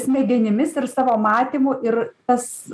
smegenimis ir savo matymu ir tas